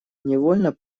невольно